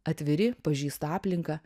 atviri pažįsta aplinką